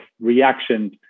reaction